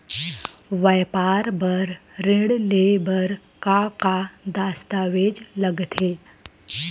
व्यापार बर ऋण ले बर का का दस्तावेज लगथे?